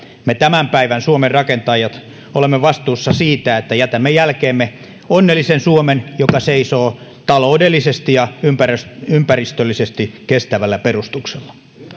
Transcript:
me tämän päivän suomen rakentajat olemme vastuussa siitä että jätämme jälkeemme onnellisen suomen joka seisoo taloudellisesti ja ympäristöllisesti kestävällä perustuksella